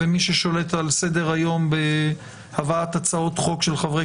ומי ששולט על סדר היום בהבאת הצעות חוק של חברי